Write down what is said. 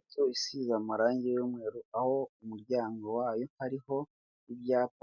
Inzu isize amarange y'umweru, aho umuryango wayo hariho ibyapa